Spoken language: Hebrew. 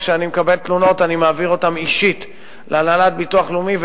וכשאני מקבל תלונות אני מעביר אותן אישית להנהלת הביטוח הלאומי,